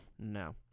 No